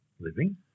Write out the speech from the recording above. living